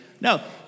No